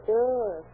Sure